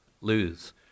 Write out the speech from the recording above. lose